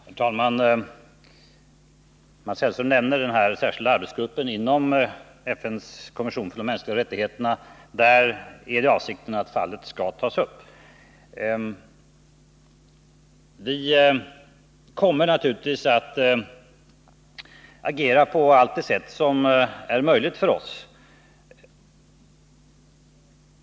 Herr talman! Mats Hellström nämner den särskilda arbetsgruppen inom FN:s kommission för de mänskliga rättigheterna. Avsikten är att fallet skall tas upp där. Vi kommer naturligtvis att agera på alla de sätt som står oss till buds.